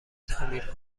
تعمیر